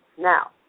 Now